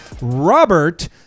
Robert